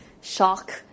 shock